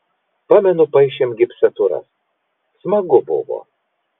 pamenu paišėm gipsatūras smagu buvo